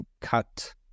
cut